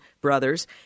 brothers